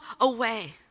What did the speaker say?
away